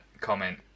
comment